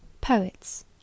poets